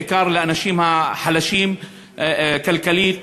בעיקר לאנשים החלשים כלכלית.